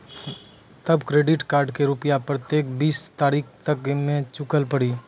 तब credit card के रूपिया प्रतीक बीस तारीख तक मे चुकल पड़ी?